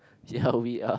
ya we are